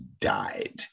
died